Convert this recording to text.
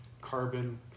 carbon